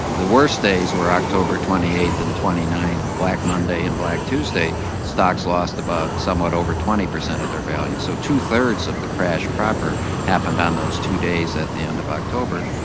the worst days were october twenty eighth and twenty ninth, black monday and black tuesday, stocks lost about somewhat over twenty percent of their value. so two-thirds of the crash proper happened on those two days at the end of october.